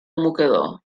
mocador